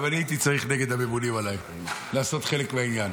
גם אני הייתי צריך נגד הממונים עליי לעשות חלק מהעניין.